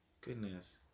Goodness